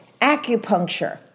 acupuncture